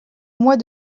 mois